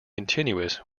continuous